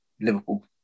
Liverpool